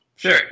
Sure